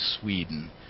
Sweden